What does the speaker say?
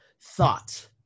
thought